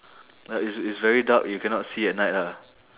ya it's it's very dark you cannot see at night lah